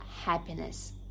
happiness